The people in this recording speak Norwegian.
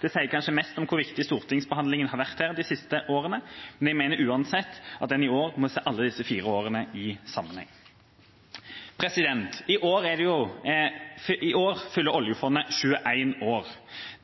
Det sier kanskje mest om hvor viktig stortingsbehandlingen har vært de siste årene. Men jeg mener uansett at en i år må se alle disse fire årene i sammenheng. I år fyller oljefondet 21 år.